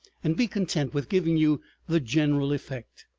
and be content with giving you the general effect.